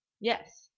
Yes